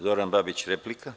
Zoran Babić, replika.